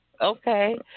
okay